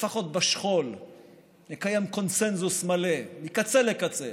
לפחות בשכול נקיים קונסנזוס מלא, מקצה לקצה,